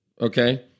Okay